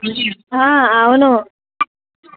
అవును